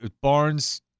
Barnes